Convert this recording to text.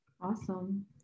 Awesome